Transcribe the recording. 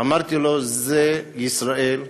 אמרתי לו: זאת ישראל,